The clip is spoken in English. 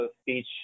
speech